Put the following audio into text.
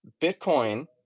Bitcoin